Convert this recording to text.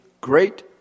great